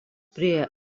prie